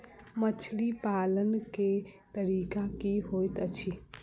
मछली पालन केँ तरीका की होइत अछि?